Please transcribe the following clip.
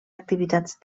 activitats